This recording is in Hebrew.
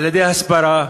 על-ידי הסברה,